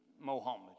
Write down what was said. Mohammed